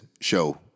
show